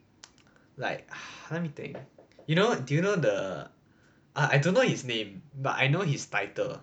like let me think you know do you know the I don't know his name but I know his title